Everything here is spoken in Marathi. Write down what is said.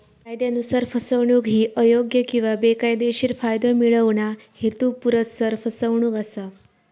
कायदयानुसार, फसवणूक ही अयोग्य किंवा बेकायदेशीर फायदो मिळवणा, हेतुपुरस्सर फसवणूक असा